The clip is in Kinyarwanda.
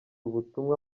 ubutumwa